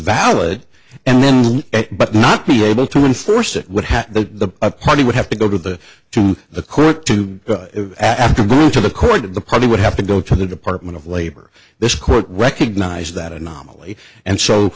valid and then but not be able to enforce it would have the party would have to go to the to the court to go after to the court of the probably would have to go to the department of labor this court recognized that anomaly and so